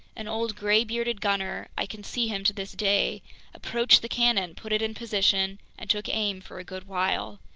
an old gray-bearded gunner i can see him to this day approached the cannon, put it in position, and took aim for a good while.